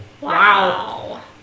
Wow